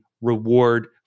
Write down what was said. reward